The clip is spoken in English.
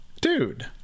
dude